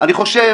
אני חושב